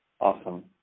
Awesome